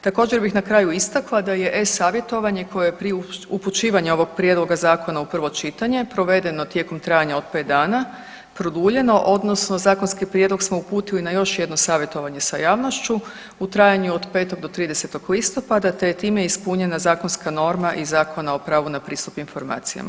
Također bih na kraju istakla da je e-Savjetovanje koje je prije upućivanja ovog prijedloga zakona u prvo čitanje provedeno tijekom trajanja od pet dana produljeno odnosno zakonski prijedlog smo uputili na još jedno savjetovanje sa javnošću u trajanju od 5. do 30. listopada te je time ispunjena zakonska norma iz Zakona o pravu na pristup informacijama.